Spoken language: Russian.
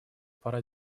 пора